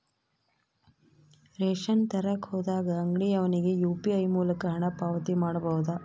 Ration ತರಕ ಹೋದಾಗ ಅಂಗಡಿಯವನಿಗೆ ಯು.ಪಿ.ಐ ಮೂಲಕ ಹಣ ಪಾವತಿ ಮಾಡಬಹುದಾ?